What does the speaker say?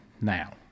now